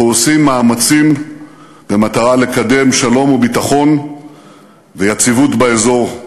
אנחנו עושים מאמצים במטרה לקדם שלום וביטחון ויציבות באזור.